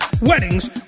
weddings